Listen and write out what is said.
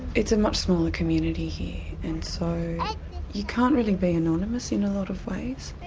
it's a much smaller community here and so you can't really be anonymous in a lot of ways.